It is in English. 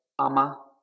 ama